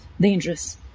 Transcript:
dangerous